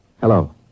Hello